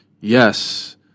Yes